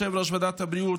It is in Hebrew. יושב-ראש ועדת הבריאות,